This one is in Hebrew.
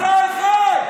עם ישראל חי.